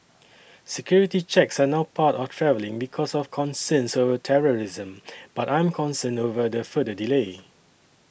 security checks are now part of travelling because of concerns over terrorism but I'm concerned over the further delay